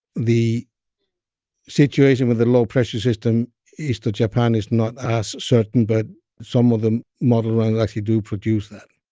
the situation with the low-pressure system east of japan is not as certain, but some of the models actually do produce that.